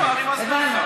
אני מסביר לך.